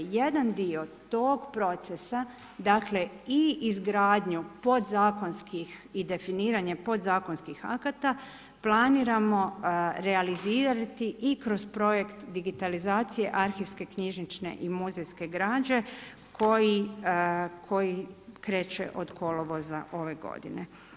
Jedan dio tog procesa i izgradnjom podzakonskih i definiranje podazakonskih akata planiramo realizirati i kroz projekt digitalizacija arhivske knjižnične i muzejske građe koji kreće od kolovoza ove godine.